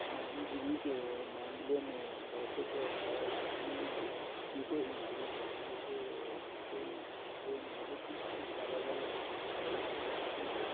ماہی گیری کے معاملے میں ویسے تو ہر چیز ہر کسی کو ہی معلوم ہے جیسے کوئی وہ نہیں ہے لیکن الگ الگ طریقے ہوتے ہیں